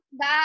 Bye